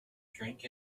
drink